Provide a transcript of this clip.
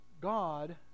God